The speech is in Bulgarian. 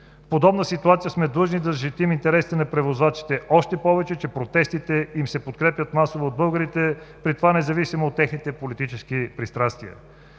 подобна ситуация сме длъжни да защитим интересите на превозвачите, още повече че протестите им се подкрепят масово от българите, при това независимо от техните политически пристрастия.